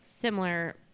Similar